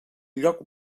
lloc